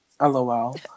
LOL